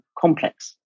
complex